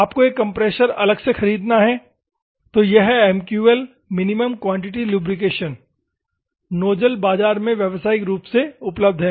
आपको एक कंप्रेसर अलग से खरीदना है तो ये हैं MQL minimum quantity lubrication nozzle बाजार में व्यावसायिक रूप से उपलब्ध हैं